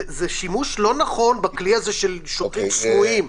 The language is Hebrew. זה שימוש לא נכון בכלי הזה של שוטרים סמויים.